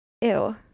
Ew